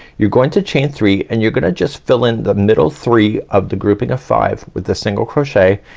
you're going to chain three, and you're gonna just fill in the middle three of the grouping of five with the single crochet,